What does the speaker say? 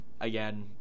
again